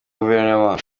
guverinoma